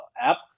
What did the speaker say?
app